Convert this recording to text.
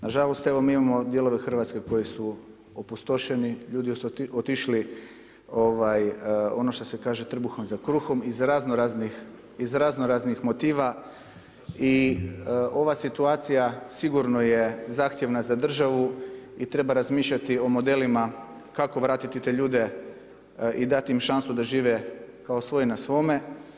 Nažalost, evo mi imamo dijelove Hrvatske koji su opustošeni, ljudi su otišli ono što se kaže trbuhom za kruhom iz raznoraznih motiva i ova situacija sigurno je zahtjevna za državu i treba razmišljati o modelima kako vratiti te ljude i dati im šansu da žive kao svoj na svome.